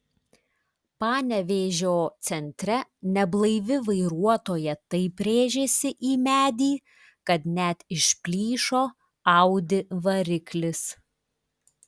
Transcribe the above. panevėžio centre neblaivi vairuotoja taip rėžėsi į medį kad net išplyšo audi variklis